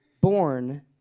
born